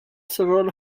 several